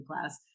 class